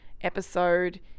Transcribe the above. episode